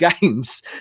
games